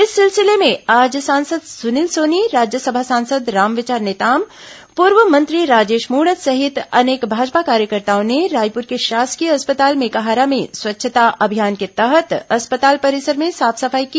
इस सिलसिले में आज सांसद सुनील सोनी राज्यसभा सांसद रामविचार नेताम और पूर्व मंत्री राजेश मूणत सहित अनेक भाजपा कार्यकर्ताओं ने रायपुर के शासकीय अस्पताल मेकाहारा में स्वच्छता अभियान के तहत अस्पताल परिसर में साफ सफाई की